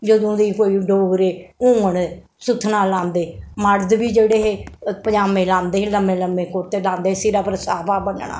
जदूं दे कोई डोगरे होङन सुत्थना लांदे मर्द बी जेह्ड़े हे पजामे लांदे हे लम्में लम्में कुर्ते लांदे हे सिरै पर साफा बन्नना